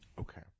Okay